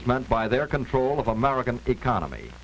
is meant by their control of the american economy